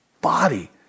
body